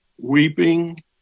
weeping